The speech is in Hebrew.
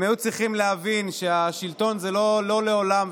הם היו צריכים להבין שהשלטון זה לא לעולם,